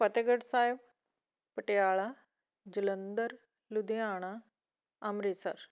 Fatehgarh Sahib Patiala Jalandhar Ludhiana Amritsar